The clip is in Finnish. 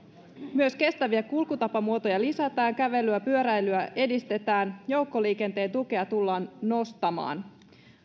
myös kestäviä kulkutapamuotoja lisätään kävelyä pyöräilyä edistetään joukkoliikenteen tukea tullaan nostamaan